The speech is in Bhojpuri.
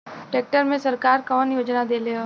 ट्रैक्टर मे सरकार कवन योजना देले हैं?